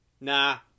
Nah